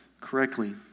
correctly